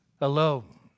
alone